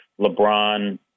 LeBron